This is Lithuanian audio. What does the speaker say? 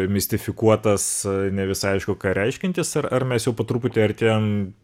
mistifikuotas ne visai aišku ką reiškiantis ar ar mes jau po truputį artėjam